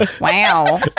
Wow